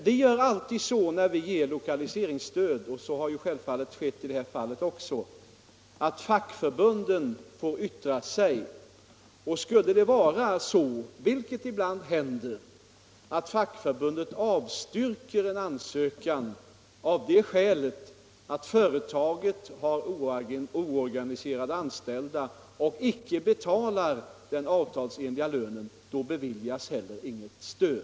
Vi gör alltså så när vi ger lokaliseringsstöd — så har självfallet skett också i det här fallet — att fackförbunden får yttra sig. Skulle fackförbundet, vilket ibland händer, avstyrka en ansökan av det skälet att företaget har oorganiserade anställda och icke betalar den avtalsenliga lönen, då beviljas heller inget stöd.